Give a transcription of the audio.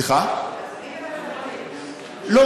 לא,